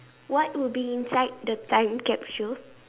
what would be inside the time capsule